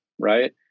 right